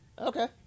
Okay